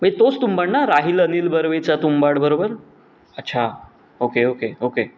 म्हणजे तोच तुंबाड ना राहील अनिल बर्वेचा तुंबाड बरोबर अच्छा ओके ओके ओके